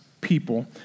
people